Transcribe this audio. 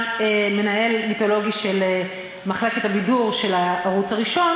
מנהל מיתולוגי של מחלקת הבידור של הערוץ הראשון,